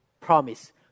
promise